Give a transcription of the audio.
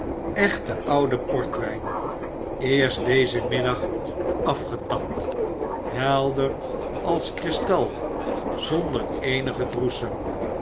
echte oude portwijn eerst dezen middag afgetapt helder als kristal zonder eenigen droesem